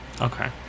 Okay